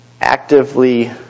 Actively